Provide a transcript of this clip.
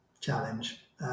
challenge